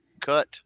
cut